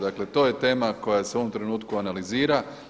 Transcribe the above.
Dakle, to je tema koja se u ovom trenutku analizira.